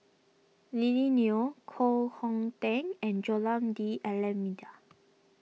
Lily Neo Koh Hong Teng and Joaquim D'Almeida